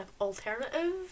alternative